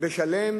בשלם